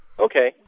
Okay